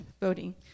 voting